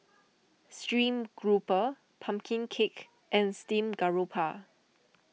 Stream Grouper Pumpkin Cake and Steamed Garoupa